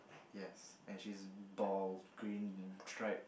yes and she's bald green stripe